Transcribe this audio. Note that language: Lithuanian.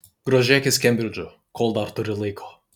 grožėkis kembridžu kol dar turi laiko